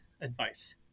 advice